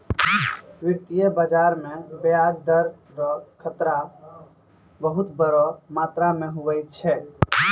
वित्तीय बाजार मे ब्याज दर रो खतरा बहुत बड़ो मात्रा मे हुवै छै